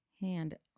hand